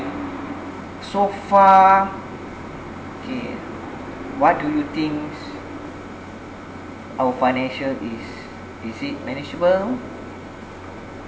so far okay what do you thinks our financial is is it manageable